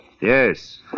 Yes